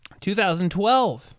2012